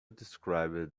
described